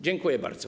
Dziękuję bardzo.